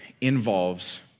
involves